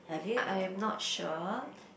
I I'm not sure